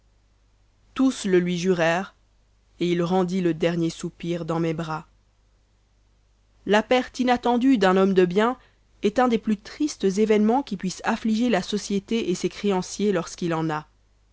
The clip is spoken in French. tous le lui jurèrent et il rendit le dernier soupir dans mes bras la perte inattendue d'un homme de bien est un des plus tristes événemens qui puisse affliger la société et ses créanciers lorsqu'il en a